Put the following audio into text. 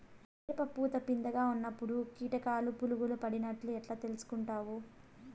మిరప పూత పిందె గా ఉన్నప్పుడు కీటకాలు పులుగులు పడినట్లు ఎట్లా తెలుసుకుంటావు?